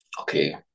Okay